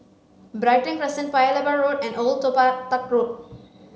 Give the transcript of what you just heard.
Brighton Crescent Paya Lebar Road and Old Toh Tuck Road